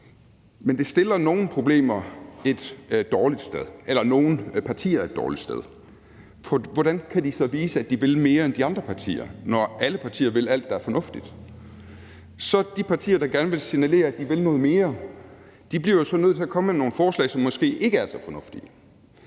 kan blive enige om! Men det stiller nogle partier et dårligt sted. Hvordan kan de så vise, at de vil mere end de andre partier, når alle partier vil alt, der er fornuftigt? Så bliver de partier, der gerne vil signalere, at de vil noget mere, nødt til at komme med nogle forslag, som måske ikke er så fornuftige,